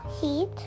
heat